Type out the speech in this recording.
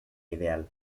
ideal